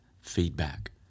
feedback